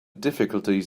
difficulties